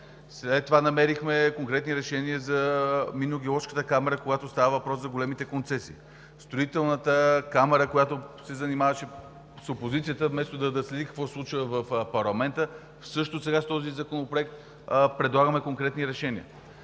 След това намерихме конкретни решения за Минно геоложката камара, когато става въпрос за големите концесии; за Строителната камара, която се занимаваше с опозицията, вместо да следи какво се случва в парламента. Сега с този законопроект предлагаме конкретни решения